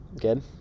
good